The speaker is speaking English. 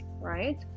right